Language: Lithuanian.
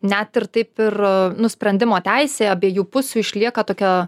net ir taip ir nu sprendimo teisė abiejų pusių išlieka tokia